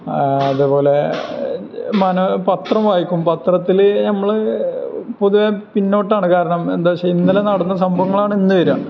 അതേപോലെ പത്രം വായിക്കും പത്രത്തില് നമ്മള് പൊതുവെ പിന്നോട്ടാണ് കാരണം എന്താച്ചാ ഇന്നലെ നടന്ന സംഭവങ്ങളാണ് ഇന്നുവരെ